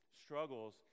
struggles